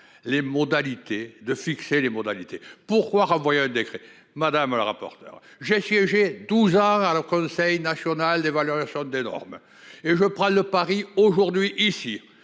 Les modalités de fixer les modalités. Pourquoi. Renvoyer un décret madame la rapporteur j'ai siégé 12h alors conseil national des valeurs chaude d'énormes. Et je prends le pari aujourd'hui ici